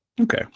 Okay